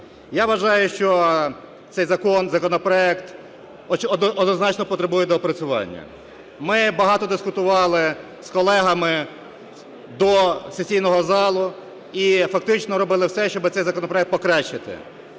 Я вважаю, що цей закон, законопроект однозначно потребує доопрацювання. Ми багато дискутували з колегами до сесійного залу, і фактично робили все, щоби цей законопроект покращити.